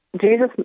Jesus